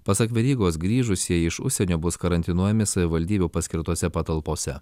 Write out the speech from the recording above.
pasak verygos grįžusieji iš užsienio bus karantinuojami savivaldybių paskirtose patalpose